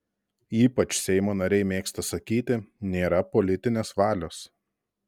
ypač seimo nariai mėgsta sakyti nėra politinės valios